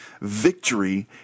Victory